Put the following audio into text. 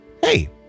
hey